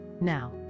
Now